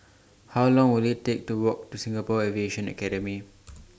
How Long Will IT Take to Walk to Singapore Aviation Academy